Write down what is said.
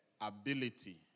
ability